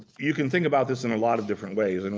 you can think about this in a lot of different ways. and